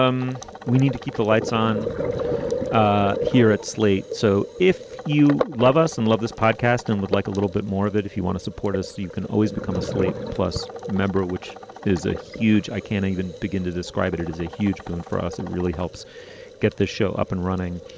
um we need to keep the lights on here at slate. so if you love us and love this podcast and would like a little bit more of it, if you want to support us, you can always become a slate plus member, which is a huge i can't even begin to describe it. it is a huge boon for us. it really helps get the show up and running.